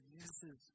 Jesus